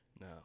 No